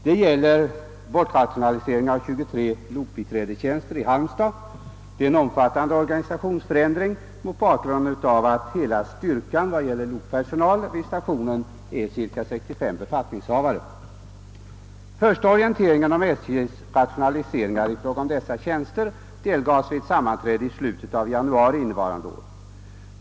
Det gäller bortrationaliseringen av 23 lokbiträdestjänster i Halmstad. Det är en omfattande organisationsförändring mot bakgrunden av att hela styrkan av lokpersonal vid stationen är cirka 65 befattningshavare. Den första orienteringen om SJ:s rationalisering i fråga om dessa tjänster delgavs vid ett sammanträde i slutet av januari innevarande år.